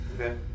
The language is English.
Okay